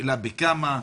השאלה בכמה?